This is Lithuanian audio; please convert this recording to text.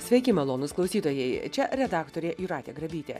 sveiki malonūs klausytojai čia redaktorė jūratė grabytė